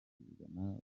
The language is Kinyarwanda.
babana